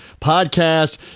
podcast